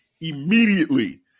immediately